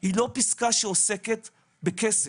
היא לא פסקה שעוסקת בכסף,